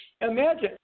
Imagine